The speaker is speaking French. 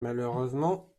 malheureusement